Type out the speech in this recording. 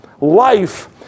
Life